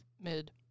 Mid